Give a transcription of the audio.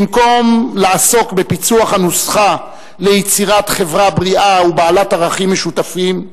במקום לעסוק בפיצוח הנוסחה ליצירת חברה בריאה ובעלת ערכים משותפים,